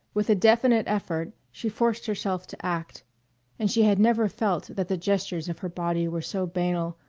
with a definite effort she forced herself to act and she had never felt that the gestures of her body were so banal,